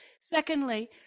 Secondly